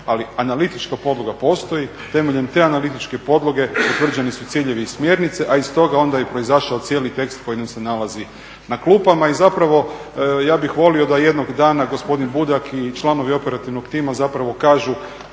Ali analitička podloga postoji, temeljem te analitičke podloge utvrđeni su ciljevi i smjernice a iz toga je onda i proizašao cijeli tekst koji nam se nalazi na klupama. I zapravo ja bih volio da jednog dana gospodin Budak i članovi operativnog tima zapravo kažu